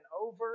over